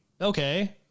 okay